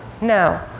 no